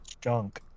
junk